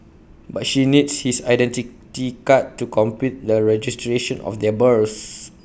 but she needs his Identity Card to complete the registration of their births